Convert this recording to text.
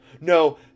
No